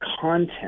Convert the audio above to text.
content